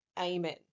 Amen